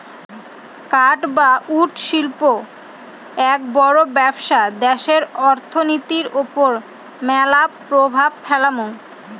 কাঠ বা উড শিল্প এক বড় ব্যবসা দ্যাশের অর্থনীতির ওপর ম্যালা প্রভাব ফেলামু